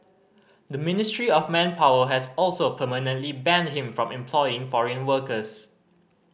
the Ministry of Manpower has also permanently banned him from employing foreign workers